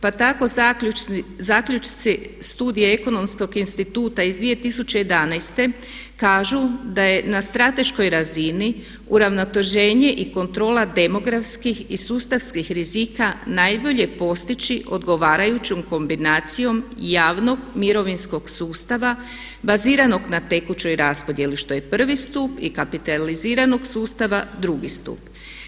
Pa tako zaključci studije Ekonomskog instituta iz 2011. kažu da je na strateškoj razini uravnoteženje i kontrola demografskih i sustavskih rizika najbolje postići odgovarajućom kombinacijom javnog mirovinskog sustava baziranog na tekućoj raspodjeli što je 1. stup i kapitaliziranog sustava 2. stup.